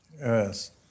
Yes